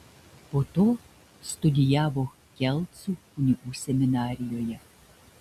po to studijavo kelcų kunigų seminarijoje